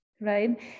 right